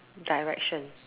Direction